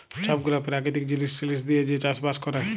ছব গুলা পেরাকিতিক জিলিস টিলিস দিঁয়ে যে চাষ বাস ক্যরে